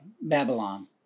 Babylon